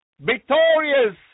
Victorious